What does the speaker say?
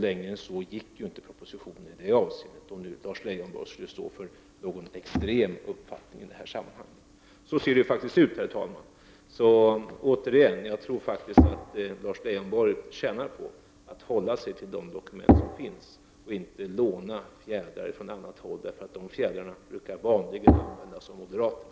Längre än så gick alltså inte propositionen i det avseendet, om nu Lars Leijonborg skulle stå för någon extrem uppfattning i detta sammanhang. Så ser det faktiskt ut, herr talman. Återigen: Jag tror faktiskt att Lars Leijonborg tjänar på att hålla sig till de dokument som finns och inte lånar fjädrar från annat håll. De fjädrarna brukar vanligen tillhandahållas av moderaterna.